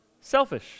selfish